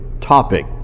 topic